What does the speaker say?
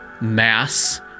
mass